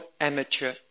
amateur